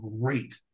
great